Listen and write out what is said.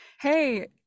hey